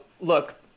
look